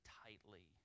tightly